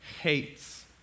hates